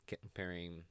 comparing